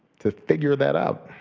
to figure that out,